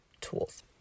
tools